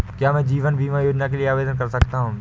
क्या मैं जीवन बीमा योजना के लिए आवेदन कर सकता हूँ?